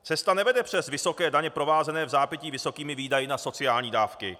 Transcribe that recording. Cesta nevede přes vysoké daně provázené vzápětí vysokými výdaji na sociální dávky.